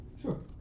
Sure